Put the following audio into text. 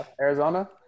Arizona